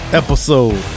episode